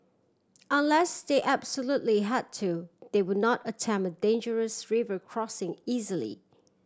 unless they absolutely had to they would not attempt dangerous river crossing easily